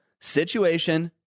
situation